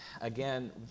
again